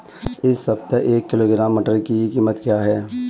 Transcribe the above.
इस सप्ताह एक किलोग्राम मटर की कीमत क्या है?